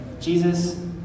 Jesus